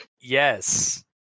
Yes